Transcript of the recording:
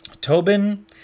Tobin